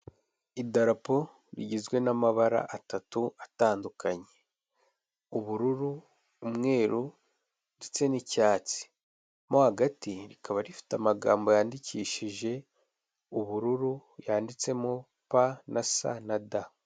Idarapo rigizwe n'amabara atatu atandukanye, ubururu, umweru, ndetse n'icyatsimo hagati rikaba rifite amagambo yandikishije ubururu yanditsemo psd.